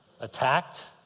Attacked